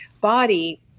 body